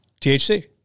THC